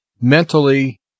mentally